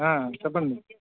చెప్పండి